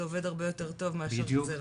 זה עובד הרבה יותר טוב מאשר גזרה.